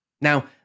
Now